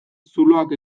zuloak